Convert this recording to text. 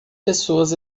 pessoas